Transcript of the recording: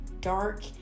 dark